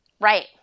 Right